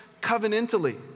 covenantally